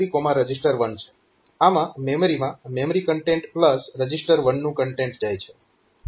આમાં મેમરીમાં memory content register 1 નું કન્ટેન્ટ જાય છે